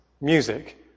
music